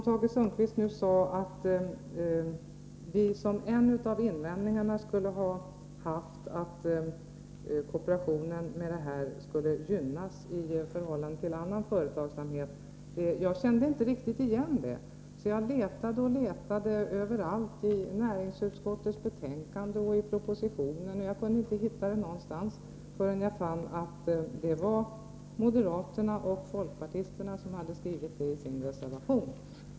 Tage Sundkvist sade att en av våra invändningar skulle vara att kooperationen med detta förslag gynnas i förhållande till annan företagsamhet. Jag kände inte riktigt igen det, så jag letade överallt, i näringsutskottets betänkande och i propositionen. Jag fann slutligen att det var moderaterna och folkpartisterna som hade skrivit detta i sin reservation.